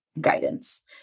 guidance